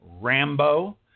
Rambo